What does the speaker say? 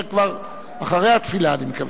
אשר כבר אחרי התפילה אני מקווה,